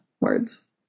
words